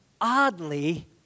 oddly